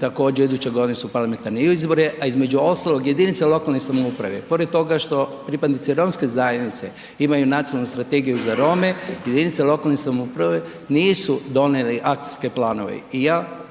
također iduće godine su parlamentarni izbori, a između ostalog jedinice lokalne samouprave pored toga što pripadnici romske zajednice imaju Nacionalnu strategiju za Rome, jedinice lokalne samouprave nisu donijele akcijske planove. I ja